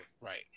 Right